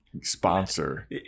sponsor